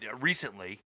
recently